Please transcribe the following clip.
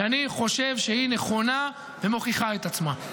שאני חושב שהיא נכונה ומוכיחה את עצמה.